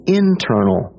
internal